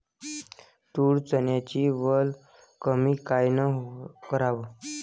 तूर, चन्याची वल कमी कायनं कराव?